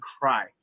cry